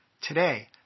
Today